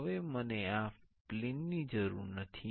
હવે મને આ પ્લેનની જરૂર નથી